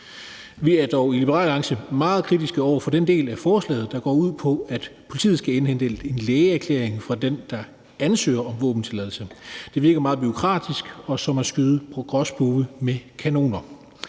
Vi er dog i Liberal Alliance meget kritiske over for den del af forslaget, der går ud på, at politiet skal indhente en lægeerklæring fra den, der ansøger om våbentilladelse. Det virker meget bureaukratisk og som at skyde gråspurve med kanoner.